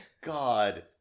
God